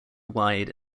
wide